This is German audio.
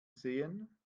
sehen